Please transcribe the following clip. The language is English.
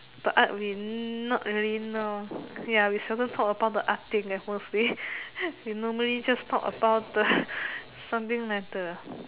but art we not really know ya we seldom talk about the art thing eh mostly we normally just talk about the something like the